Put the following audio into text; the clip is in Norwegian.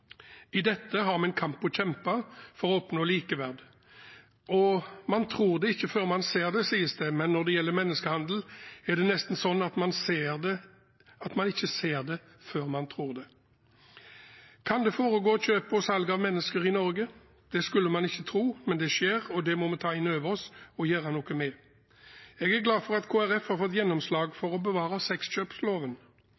har vi en kamp å kjempe for å oppnå likeverd. Man tror det ikke før man ser det, sies det, men når det gjelder menneskehandel, må man nesten se det før man tror det. Kan det foregå kjøp og salg av mennesker i Norge? Det skulle man ikke tro, men det skjer, og det må vi ta inn over oss og gjøre noe med. Jeg er glad for at Kristelig Folkeparti har fått gjennomslag